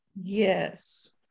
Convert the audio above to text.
Yes